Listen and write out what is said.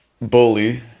bully